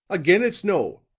again it's no.